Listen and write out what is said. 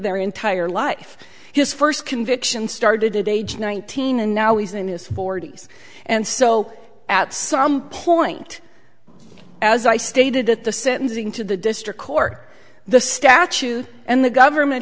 their entire life his first conviction started at age nineteen and now he's in his forty's and so at some point as i stated at the sentencing to the district court the statute and the government